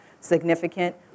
significant